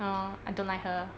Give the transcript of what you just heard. orh I don't like her